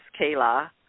Kayla